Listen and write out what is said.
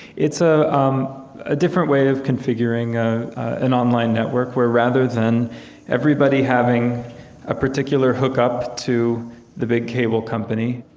it's ah um a different way of configuring ah an online network, where rather than everybody having a particular hookup to the big cable company,